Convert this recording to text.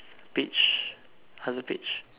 page other page